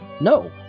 No